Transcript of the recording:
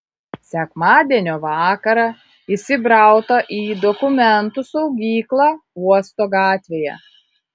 sekmadienio vakarą įsibrauta į dokumentų saugyklą uosto gatvėje